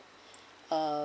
uh